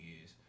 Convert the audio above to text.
years